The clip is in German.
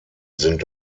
sind